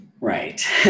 Right